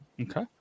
Okay